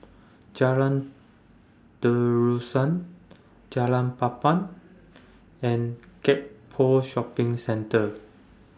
Jalan Terusan Jalan Papan and Gek Poh Shopping Centre